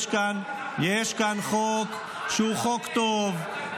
מה אתה רוצה --- יש כאן חוק שהוא חוק טוב,